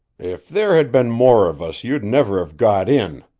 if there had been more of us, you'd never have got in,